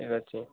ଠିକ୍ ଅଛି